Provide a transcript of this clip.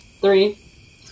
Three